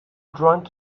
drunk